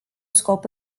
scop